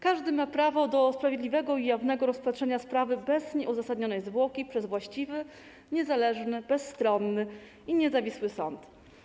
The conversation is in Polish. Każdy ma prawo do sprawiedliwego i jawnego rozpatrzenia sprawy bez nieuzasadnionej zwłoki przez właściwy, niezależny, bezstronny i niezawisły sąd.